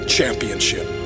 Championship